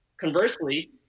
conversely